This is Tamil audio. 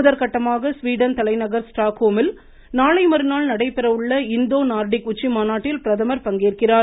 முதற்கட்டமாக ஸ்வீடன் தலைநகர் ளுவழஉமாழடஅல் நாளை மறுநாள் நடைபெறவுள்ள இந்தோ நார்டிக் உச்சிமாநாட்டில் பிரதமர் பங்கேற்கிறார்